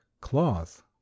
cloth